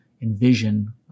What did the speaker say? envision